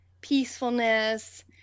peacefulness